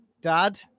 Dad